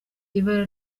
ibara